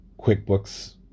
quickbooks